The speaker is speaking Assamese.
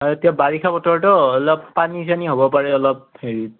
অ' এতিয়া বাৰিষা বতৰ ত অলপ পানী চানী হ'ব পাৰে অলপ হেৰিত